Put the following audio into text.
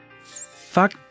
Fuck